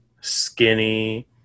skinny